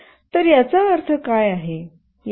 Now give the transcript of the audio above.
तर याचा अर्थ काय आहे